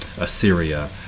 Assyria